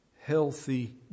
healthy